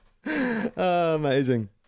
Amazing